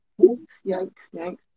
yikes